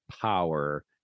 power